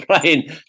playing